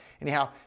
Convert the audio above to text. anyhow